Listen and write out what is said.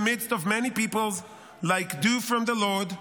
midst of many peoples like dew from the lord,